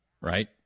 Right